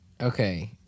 Okay